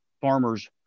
farmers